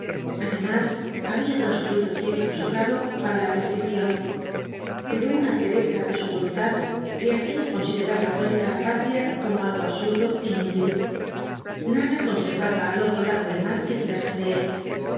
además había transcurrido tiempo sobrado lios cuatro jinbtes dhl apocalipsis para la prescripción pero una pereza de su voluntad le hacía considerar la vuelta á la patria como algo absurdo é inútil nada conservaba al otro lado del mar que tirase de él